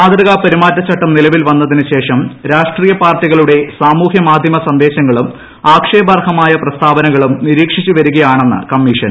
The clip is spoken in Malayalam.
മാതൃകാ പെരുമാറ്റ ചട്ടം നിലവിൽ വന്നതിന് ശേഷം രാഷ്ട്രീയ പാർട്ടികളുടെ സാമൂഹൃ മാധൃമ സന്ദേശങ്ങളും ആക്ഷേപാർഹമായ പ്രസ്താവനകളും നിരീക്ഷിച്ച് വരികയാണ് കമ്മീഷൻ